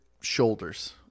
shoulders